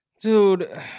dude